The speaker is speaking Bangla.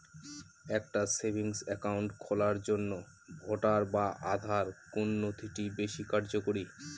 একটা সেভিংস অ্যাকাউন্ট খোলার জন্য ভোটার বা আধার কোন নথিটি বেশী কার্যকরী?